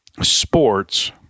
sports